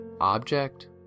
object